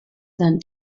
then